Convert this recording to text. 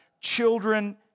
children